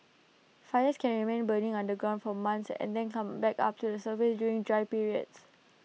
fires can remain burning underground for months and then come back up to the surface during dry periods